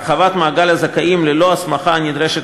הרחבת מעגל הזכאים ללא ההסמכה הנדרשת